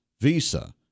Visa